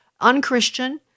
unchristian